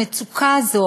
המצוקה הזו,